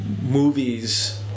movies